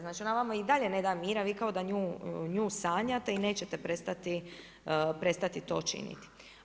Znači ona vama i dalje ne da mira, vi kao da nju sanjate i nećete prestati to činiti.